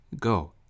Go